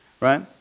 Right